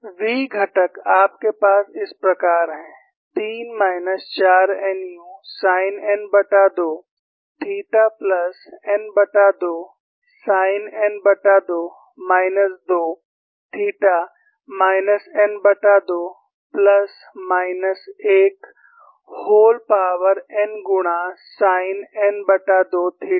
V घटक आपके पास इस प्रकार है 3 माइनस चार nu sine n2 theta plus n2 sine n2 minus 2 theta minus n2 plus minus 1 whole power n गुणा साइन n2 थीटा